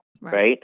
right